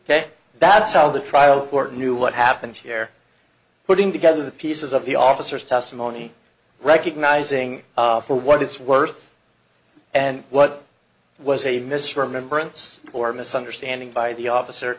ok that's how the trial court knew what happened here putting together the pieces of the officers testimony recognizing for what it's worth and what was a misremember ince or misunderstanding by the officer